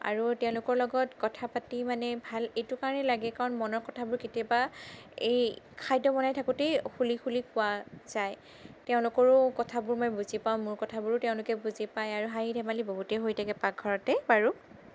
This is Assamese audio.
আৰু তেওঁলোকৰ লগত কথা পাতি মানে ভাল এইটো কাৰণেই লাগে কাৰণ মনৰ কথাবোৰ কেতিয়াবা এই খাদ্য বনাই থাকোঁতেই খুলি খুলি কোৱা যায় তেওঁলোকৰো কথাবোৰ মই বুজি পাওঁ মোৰ কথাবোৰো তেওঁলোকে বুজি পায় আৰু হাঁহি ধেমালি বহুতেই হৈ থাকে পাকঘৰতেই বাৰু